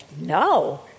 no